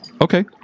Okay